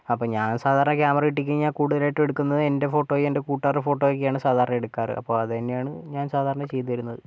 അപ്പം ഞാൻ സാധാരണ ക്യാമറ കിട്ടിക്കഴിഞ്ഞാൽ കൂടുതലായിട്ടും എടുക്കുന്നത് എൻ്റെ ഫോട്ടോയും എൻ്റെ കൂട്ടുകാർടെ ഫോട്ടോയുമൊക്കെയാണ് സാധാരണ എടുക്കാറ് അപ്പോൾ അതുതന്നെയാണ് ഞാൻ സാധാരണ ചെയ്തുവരുന്നത്